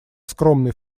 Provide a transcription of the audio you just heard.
скромный